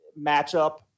matchup